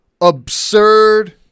absurd